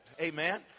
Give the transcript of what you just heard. Amen